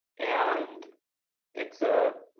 and it's a